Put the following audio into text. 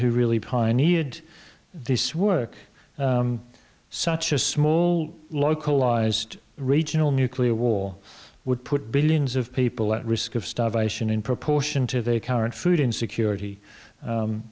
who really pioneered this work such a small localized regional nuclear war would put billions of people at risk of starvation in proportion to the current food insecurity